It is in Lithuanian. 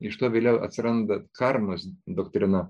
iš to vėliau atsiranda karmos doktrina